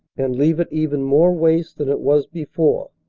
and leave it even more waste than it was before.